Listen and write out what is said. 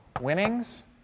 winnings